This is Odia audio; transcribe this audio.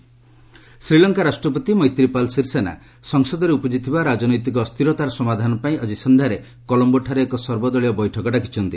ଶ୍ରୀଲଙ୍କା ଶ୍ରୀଲଙ୍କା ରାଷ୍ଟ୍ରପତି ମୈତ୍ରୀପାଲ ସିରିସେନା ସଂସଦରେ ଉପୁଜିଥିବା ରାଜନୈତିକ ଅସ୍ଥିରତାର ସମାଧାନପାଇଁ ଆଜି ସନ୍ଧ୍ୟାରେ କଲମ୍ବୋଠାରେ ଏକ ସର୍ବଦଳୀୟ ବୈଠକ ଡାକିଛନ୍ତି